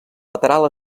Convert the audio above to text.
lateral